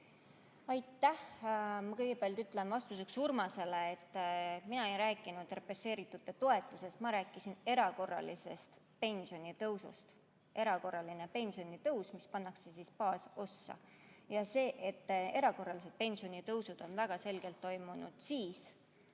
Aitäh! Ma kõigepealt ütlen vastuseks Urmasele, et mina ei rääkinud represseeritute toetusest. Ma rääkisin erakorralisest pensionitõusust. Erakorraline pensionitõus, mis pannakse baasossa. Sellest, et erakorralised pensionitõusud on väga selgelt toimunud siis,